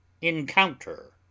Encounter